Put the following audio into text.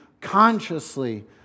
consciously